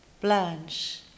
Blanche